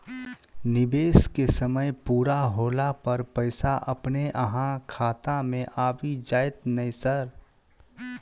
निवेश केँ समय पूरा होला पर पैसा अपने अहाँ खाता मे आबि जाइत नै सर?